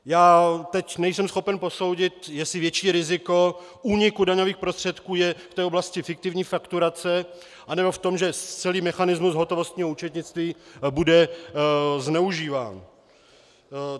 Já teď nejsem schopen posoudit, jestli větší riziko úniku daňových prostředků je v oblasti fiktivní fakturace, anebo v tom, že celý mechanismus hotovostního účetnictví bude zneužíván.